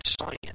science